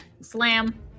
slam